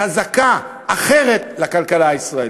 חזקה, אחרת לכלכלה הישראלית.